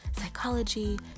psychology